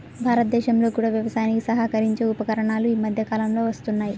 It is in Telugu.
భారతదేశంలో కూడా వ్యవసాయానికి సహకరించే ఉపకరణాలు ఈ మధ్య కాలంలో వస్తున్నాయి